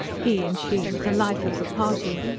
he and she were the life of the party.